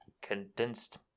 condensed